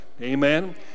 Amen